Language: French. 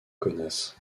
kaunas